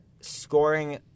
scoring